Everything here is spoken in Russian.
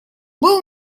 был